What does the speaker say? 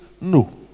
no